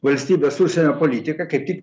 valstybės užsienio politiką kaip tik